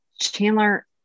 Chandler